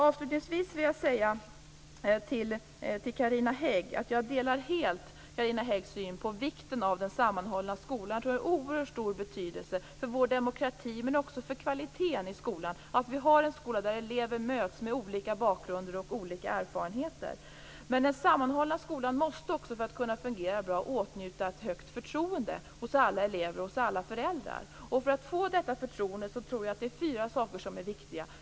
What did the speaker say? Avslutningsvis vill jag säga till Carina Hägg att jag helt delar hennes syn på vikten av den sammanhållna skolan. Jag tror att det är av oerhört stor betydelse för vår demokrati men också för kvaliteten i skolan att vi har en skola där elever med olika bakgrund och olika erfarenheter möts. Men den sammanhållna skolan måste också för att kunna fungera bra åtnjuta ett högt förtroende hos alla elever och hos alla föräldrar. För att få detta förtroende tror jag att det är fyra saker som är viktiga.